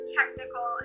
technical